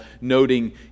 noting